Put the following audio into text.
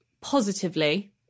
positively –